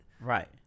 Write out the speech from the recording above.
Right